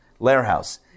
Lairhouse